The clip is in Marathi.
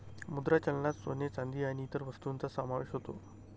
मुद्रा चलनात सोने, चांदी आणि इतर वस्तूंचा समावेश होतो